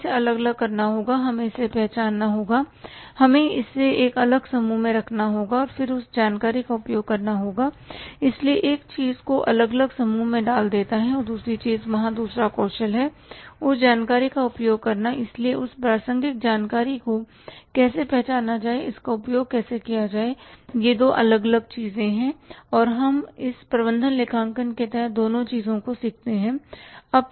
हमें इसे अलग करना होगा हमें इसे पहचानना होगा हमें इसे एक अलग समूह में रखना होगा और फिर उस जानकारी का उपयोग करना होगा इसलिए एक चीज़ को अलग अलग समूह में डाल देना है और दूसरी चीज़ यहाँ दूसरा कौशल है उस जानकारी का उपयोग करना इसलिए उस प्रासंगिक जानकारी को कैसे पहचाना जाए इसका उपयोग कैसे किया जाए ये दो अलग अलग चीजें हैं और हम प्रबंधन लेखांकन के तहत दोनों चीजों को सीखते हैं